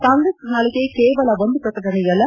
ಕಾಂಗ್ರೆಸ್ ಪ್ರಣಾಳಿಕೆ ಕೇವಲ ಒಂದು ಶ್ರಕಟಣೆಯಲ್ಲ